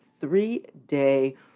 three-day